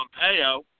Pompeo